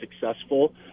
successful